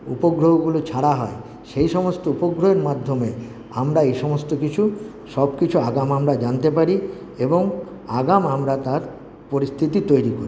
উপগ্রহগুলো ছাড়া হয় সেই সমস্ত উপগ্রহের মাধ্যমে আমরা এই সমস্ত কিছু সব কিছু আগাম আমরা জানতে পারি এবং আগাম আমরা তার পরিস্থিতি তৈরি করি